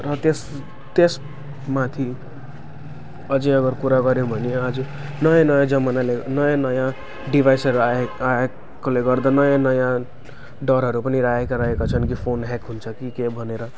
र त्यस त्यसमाथि अझै अब कुरा गऱ्यो भने आज नयाँ नयाँ जमानाले नयाँ नयाँ डिभाइसहरू आएका आएकोले गर्दा नयाँ नयाँ डरहरू पनि रहेका रहेका छन् फोन ह्याक हुन्छ कि के भनेर